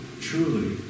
Truly